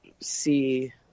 see